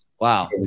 Wow